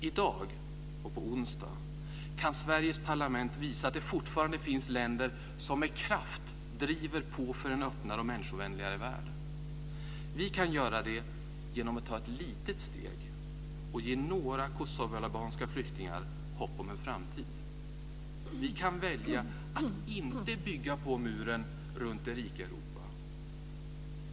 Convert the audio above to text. I dag och på onsdag kan Sveriges parlament visa att det fortfarande finns länder som med kraft driver på för en öppnare och människovänligare värld. Vi kan göra det genom att ta ett litet steg och ge några kosovoalbanska flyktingar hopp om en framtid. Vi kan välja att inte bygga på muren runt det rika Europa.